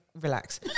Relax